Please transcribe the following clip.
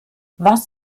was